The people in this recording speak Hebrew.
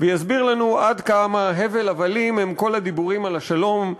ויסביר לנו עד כמה הבל הבלים הם כל הדיבורים על השלום,